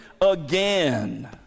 again